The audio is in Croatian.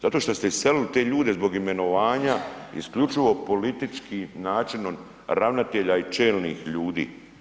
Zato što ste iselili te ljude zbog imenovanja isključivo političkim načinom ravnatelja i čelnih ljudi.